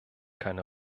keine